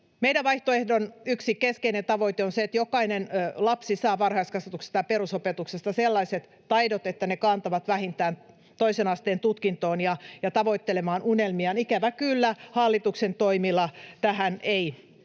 Meidän vaihtoehdon yksi keskeinen tavoite on, että jokainen lapsi saa varhaiskasvatuksesta ja perusopetuksesta sellaiset taidot, että ne kantavat vähintään toisen asteen tutkintoon ja tavoittelemaan unelmia. Ikävä kyllä hallituksen toimilla tähän ei